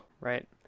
Right